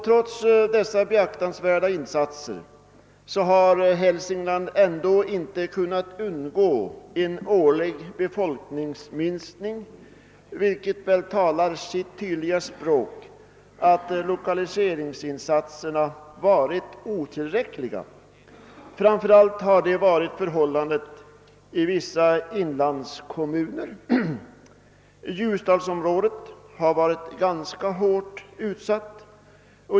Trots dessa beaktansvärda insatser har Hälsingland ändå inte kunnat undgå en årlig befolkningsminskning, vilket talar sitt tydliga språk om att lokaliseringsinsatserna har varit otillräckliga. Detta har framför allt varit förhållandet i vissa inlandskommuner. Ljusdalsområdet har exempelvis varit ganska hårt utsatt.